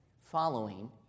following